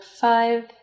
five